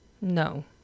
No